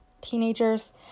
teenagers